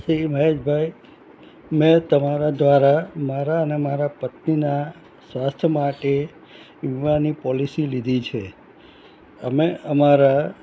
શ્રી મહેશ ભાઈ મેં તમારા દ્વારા મારા અને મારા પત્નીનાં સ્વાસ્થ્ય માટે વીમાની પોલિસી લીધી છે અમે અમારા